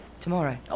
Tomorrow